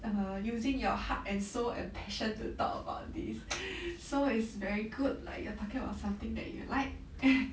err using your heart and soul and passion to talk about this so is very good like you are talking about something that you like